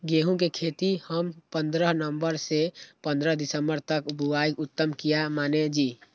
गेहूं के खेती हम पंद्रह नवम्बर से पंद्रह दिसम्बर तक बुआई उत्तम किया माने जी?